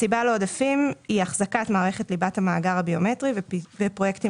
הסיבה לעודפים היא החזקת מערכת ליבת המאגר הביומטרי בפרויקטים